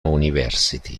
university